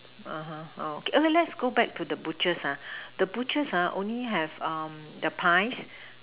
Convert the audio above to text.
okay let's go back to the butchers the butchers only have their pies